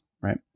right